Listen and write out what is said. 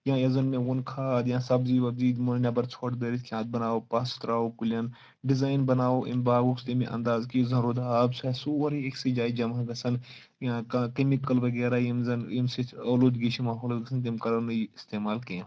یا یۄس زَن مےٚ ووٚن کھاد یا سَبزی وَبزی دِمو نہٕ نیٚبر ژھۄٹھ دٲرِتھ کیٚنٛہہ اَتھ بَناوو پاہ سُہ ترٛاوو کُلیٚن ڈِزاین بَناوو اَمہِ باغُک تَمہِ اَنٛداز کہِ یہِ یُس زن رودٕ آب چھُ سُہ آسہِ سورُے أکسٕے جایہِ جمع گژھان یا کانٛہہ کیٚمِکٕل وغیرہ یِم زَن ییٚمہِ سۭتۍ ٲلوٗدگی چھِ ماحولَس گژھان تِم کَرو نہٕ یہِ استعمال کیٚنٛہہ